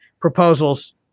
proposals